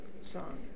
song